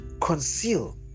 conceal